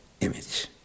image